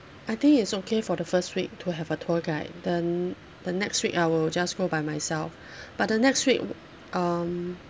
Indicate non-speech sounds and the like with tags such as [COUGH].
I think it's okay for the first week to have a tour guide then the next week I will just go by myself [BREATH] but the next week um